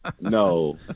No